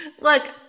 Look